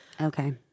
Okay